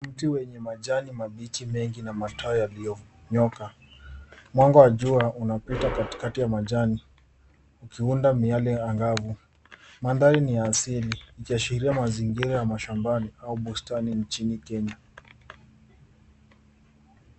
Mti wenye majani mabichi mengi na matawi yaliyonyooka. Mwanga wa jua unapita katikati ya majani ikiunda miale angavu. Mandhari ni ya asili ikiashiria mazingira ya mashambani au bustani nchini Kenya.